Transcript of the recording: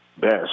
best